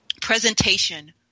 presentation